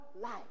life